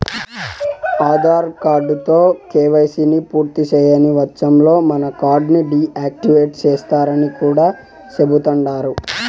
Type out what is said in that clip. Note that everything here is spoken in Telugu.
ఆదార్ కార్డుతో కేవైసీని పూర్తిసేయని వచ్చంలో మన కాతాని డీ యాక్టివేటు సేస్తరని కూడా చెబుతండారు